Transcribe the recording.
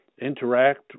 interact